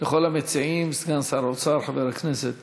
לכל המציעים סגן שר האוצר חבר הכנסת